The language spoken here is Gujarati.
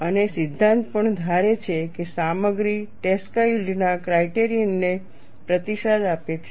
અને સિદ્ધાંત પણ ધારે છે કે સામગ્રી ટ્રેસ્કા યીલ્ડના ક્રાઇટેરિયનને પ્રતિસાદ આપે છે